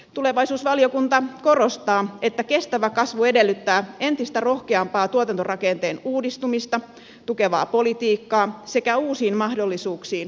tulevaisuusvaliokunta korostaa että kestävä kasvu edellyttää entistä rohkeampaa tuotantorakenteen uudistumista tukevaa politiikkaa sekä uusiin mahdollisuuksiin tarttumista